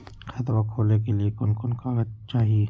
खाता खोलाबे के लिए कौन कौन कागज चाही?